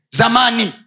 zamani